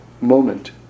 moment